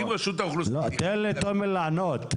תן תומר לענות.